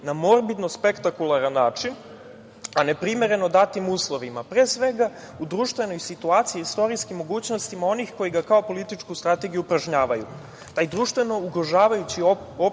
na morbidno spektakularan način, a ne primereno datim uslovima, pre svega u društvenoj situaciji istorijskih mogućnostima onih koji ga kao političku strategiju i upražnjavaju. Taj društveno ugrožavajući opus